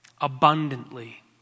abundantly